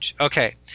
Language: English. Okay